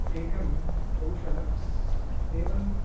एकं कौशलम् एवं